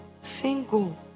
single